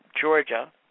Georgia